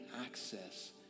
access